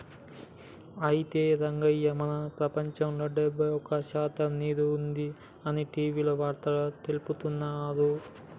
అయితే రంగయ్య మన ప్రపంచంలో డెబ్బై ఒక్క శాతం నీరు ఉంది అని టీవీలో వార్తగా తెలుపుతున్నారు